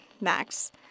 Max